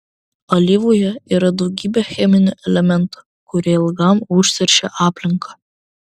alyvoje yra daugybė cheminių elementų kurie ilgam užteršia aplinką